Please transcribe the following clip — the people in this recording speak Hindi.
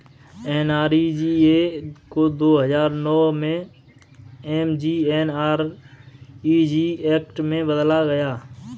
एन.आर.ई.जी.ए को दो हजार नौ में एम.जी.एन.आर.इ.जी एक्ट में बदला गया